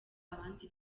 abandi